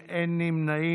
סעיף 1 נתקבל.